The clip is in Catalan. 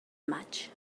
maig